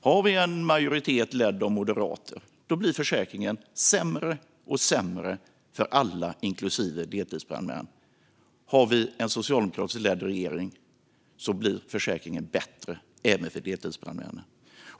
Har vi en majoritet ledd av moderater blir försäkringen sämre och sämre för alla, inklusive deltidsbrandmän. Har vi en socialdemokratiskt ledd regering blir försäkringen bättre även för deltidsbrandmännen.